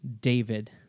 David